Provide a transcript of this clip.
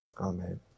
Amen